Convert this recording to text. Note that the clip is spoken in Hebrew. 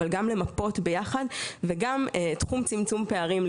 אבל גם למפות ביחד וגם בתחום צמצום הפערים,